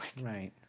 Right